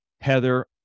Heather